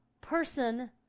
person